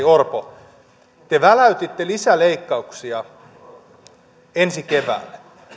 orpo te väläytitte lisäleikkauksia ensi keväälle